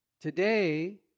Today